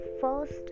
first